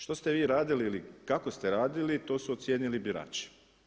Što ste vi radili ili kako ste radili to su ocijenili birači.